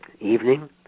evening